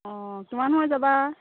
অঁ কিমান সময়ত যাবা